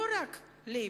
לא רק ה"לייבור",